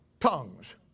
Tongues